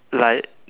like